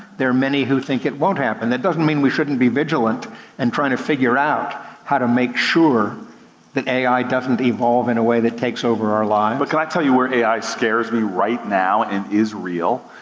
there are many that think it won't happen. that doesn't mean we shouldn't be vigilant in and trying to figure out how to make sure that ai doesn't evolve in a way that takes over our lives. but can i tell you where ai scares me right now and is real?